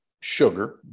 sugar